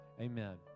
Amen